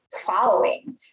following